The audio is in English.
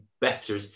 better